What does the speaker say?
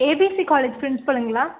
ABC college ப்ரின்ஸ்பலுங்களா